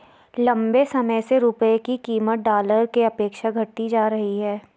लंबे समय से रुपये की कीमत डॉलर के अपेक्षा घटती जा रही है